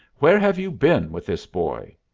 where have you been with this boy?